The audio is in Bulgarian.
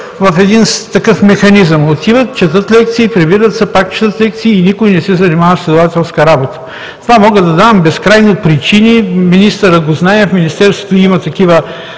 в един такъв механизъм – отиват, четат лекции, прибират се, пак четат лекции и никой не се занимава с изследователска работа. За това мога да дам безкрайни причини – министърът го знае, в Министерството има такива